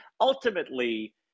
Ultimately